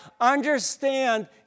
understand